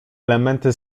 elementy